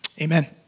amen